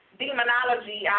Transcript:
demonology